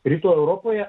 rytų europoje